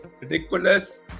ridiculous